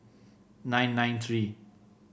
nine nine three